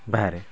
ବାହାରେ